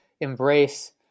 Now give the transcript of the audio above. embrace